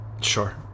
sure